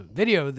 video